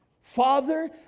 father